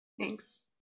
thanks